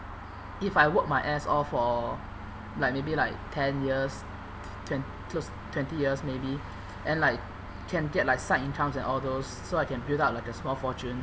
if I work my ass off for like maybe like ten years twent~ two twenty years maybe then like can get like side incomes and all those so I can build up like a small fortune